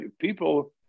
people